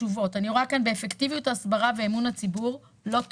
רואה ב"אפקטיביות ההסברה ואמון הציבור" לא טוב,